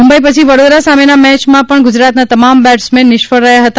મુંબઇ પછી વડોદરા સામેના મેચમાં પણ ગુજરાતના તમામ બેટસમેન નિષ્ફળ રહ્યા હતા